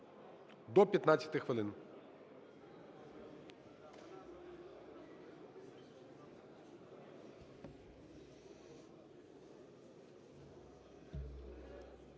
до 15 хвилин.